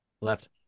Left